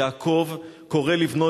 יעקב קורא לבנו,